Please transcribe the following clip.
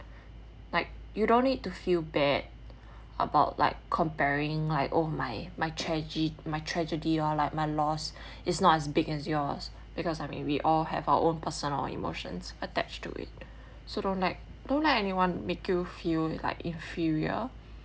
like you don't need to feel bad about like comparing like oh my my trage~ my tragedy or like my loss is not as big as yours because like may we all have our own personal emotions attached to it so don't let don't let anyone make you feel like inferior